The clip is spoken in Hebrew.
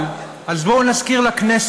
אבל, אז בואו נזכיר לכנסת: